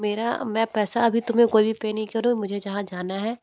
मेरा मैं पैसा अभी तुम्हे कोई पर नहीं कर रही हूँ मुझे जहाँ जाना है